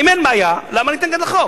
אם אין בעיה, למה להתנגד לחוק?